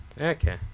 Okay